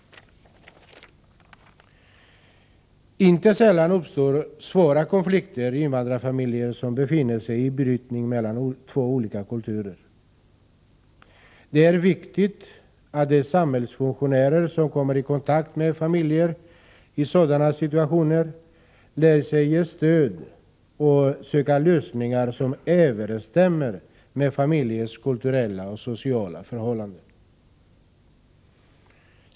Inte sällan uppstår svåra konflikter i invandrarfamiljer som befinner sig i brytningen mellan två olika kulturer. Det är viktigt att samhällsfunktionärer som kommer i kontakt med familjer i sådana situationer lär sig ge stöd och söka lösningar som överensstämmer med familjens kulturella och sociala förhållanden.